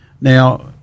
Now